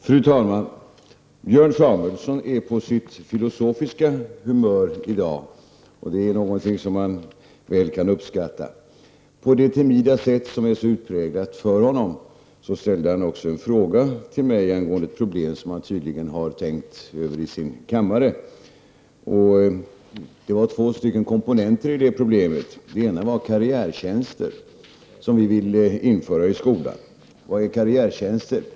Fru talman! Björn Samuelson är på sitt filosofiska humör i dag. Det är något som man väl kan uppskatta. På det timida sätt som är så utpräglat för honom ställde han också en fråga till mig angående ett problem som han tydligen har tänkt över i sin kammare. Det var två komponenter i det problemet. Den ena var karriärtjänster, som vi moderater vill införa i skolan. Vad är karriärtjänster?